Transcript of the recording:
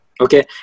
okay